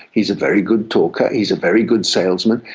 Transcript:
he's a very good talker, he's a very good salesman,